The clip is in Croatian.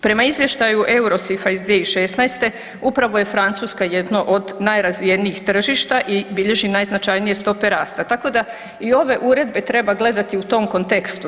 Prema izvještaju Eurosifa iz 2016. upravo je Francuska jedno od najrazvijenijih tržišta i bilježi najznačajnije stope rasta tako da i ove uredbe treba gledati u tom kontekstu.